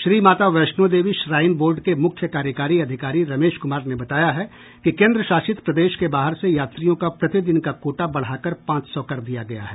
Shri Mata Vaishno Devi shrine board के मुख्य कार्यकारी अधिकारी रमेश कुमार ने बताया है कि कोन्द्र शासित प्रदेश के बाहर से यात्रियों का प्रतिदिन का कोटा बढ़ाकर पांच सौ कर दिया गया है